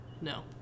no